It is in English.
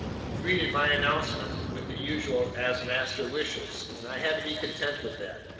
he greeted my announcement with the usual as master wishes, and i had to be content with that.